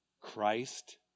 Christ